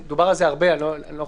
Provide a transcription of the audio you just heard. דובר על זה הרבה ואני לא אחזור.